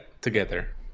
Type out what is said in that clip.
together